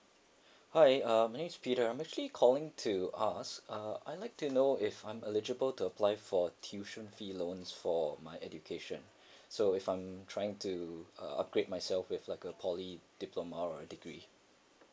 hi uh my name is peter I'm actually calling to ask uh I'd like to know if I'm eligible to apply for tuition fee loans for my education so if I'm trying to uh upgrade myself with like a poly diploma or a degree